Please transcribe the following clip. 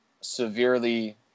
severely